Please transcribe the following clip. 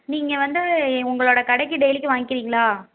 நீங்கள் வந்து உங்களோடய கடைக்கு டெய்லிக்கும் வாங்க்கிறீங்களா